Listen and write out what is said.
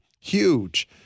Huge